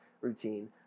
routine